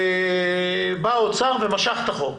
בא האוצר ומשך את החוק,